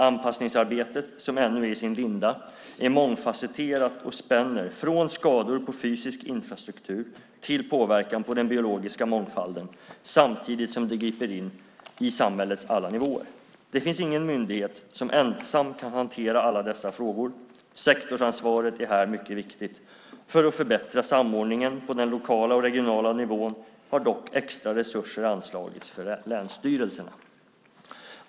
Anpassningsarbetet, som ännu är i sin linda, är mångfasetterat och spänner från skador på fysisk infrastruktur till påverkan på den biologiska mångfalden samtidigt som det griper in i samhällets alla nivåer. Det finns ingen myndighet som ensam kan hantera alla dessa frågor. Sektorsansvaret är här mycket viktigt. För att förbättra samordningen på den lokala och regionala nivån har dock extra resurser anslagits för länsstyrelserna.